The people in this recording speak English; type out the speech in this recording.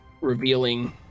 revealing